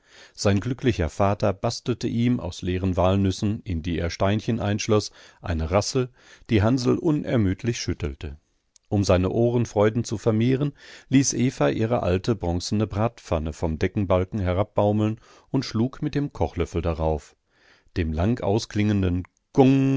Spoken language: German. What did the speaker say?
sein glücklicher vater bastelte ihm aus leeren walnüssen in die er steinchen einschloß eine rassel die hansl unermüdlich schüttelte um seine ohrenfreuden zu vermehren ließ eva ihre alte bronzene bratpfanne vom deckenbalken herabbaumeln und schlug mit dem kochlöffel darauf dem langausklingenden